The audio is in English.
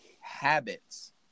habits